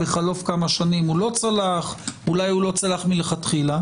בחלוף כמה שנים הוא לא צלח ואולי הוא לא צלח מלכתחילה.